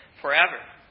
forever